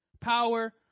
Power